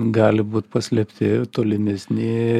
gali būt paslėpti tolimesni